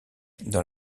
dans